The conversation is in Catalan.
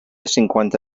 cinquanta